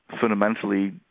fundamentally